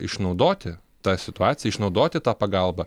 išnaudoti tą situaciją išnaudoti tą pagalbą